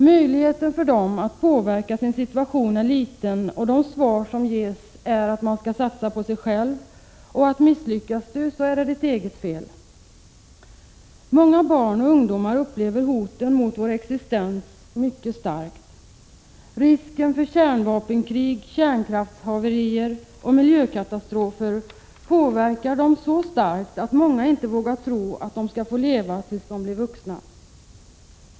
Möjligheten för dem att påverka sin situation är liten, och de svar som ges är att de skall satsa på sig själva, och om de misslyckas är det deras eget fel. Många barn och ungdomar upplever hoten mot vår existens mycket starkt. Risken för kärnvapenkrig, kärnkraftshaverier och miljökatastrofer påverkar dem så starkt att många inte vågar tro att de skall få leva tills de blir vuxna.